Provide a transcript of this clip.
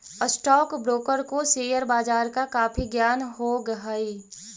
stock broker को share बाजार का काफी ज्ञान हो हई